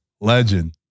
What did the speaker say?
Legend